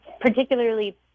particularly